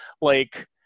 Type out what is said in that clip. like-